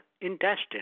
intestine